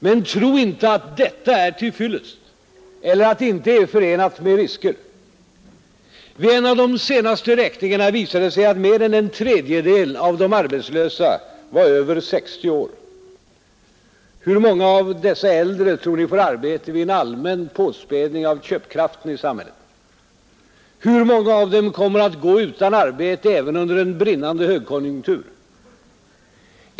Men tro inte att detta är till fyllest eller att det inte är förenat med risker. Vid en av de senaste räkningarna visade det sig att mer än en tredjedel av de arbetslösa var över 60 år. Hur många av dessa äldre tror ni får arbete vid en allmän påspädning av köpkraften i samhället? Hur många av dem kommer att gå utan arbete även under en brinnande högkonjunktur?